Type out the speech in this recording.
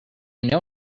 know